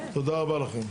תודה רבה לכם.